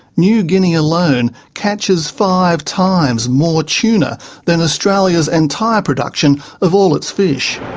new guinea alone catches five times more tuna than australia's entire production of all its fish.